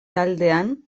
taldean